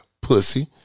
pussy